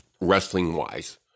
wrestling-wise